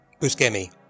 Buscemi